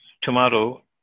tomorrow